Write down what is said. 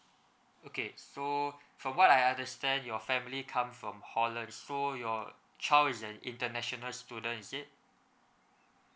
okay so from what I understand your family come from holland so your child is an international student is it